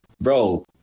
bro